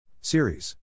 Series